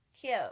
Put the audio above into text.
Cute